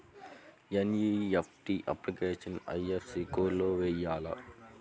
NEFT అప్లికేషన్లో IFSC code వేయాలా?